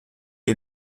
que